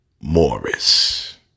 Morris